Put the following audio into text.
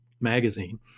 magazine